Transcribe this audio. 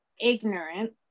ignorant